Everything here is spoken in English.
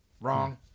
Wrong